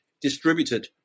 distributed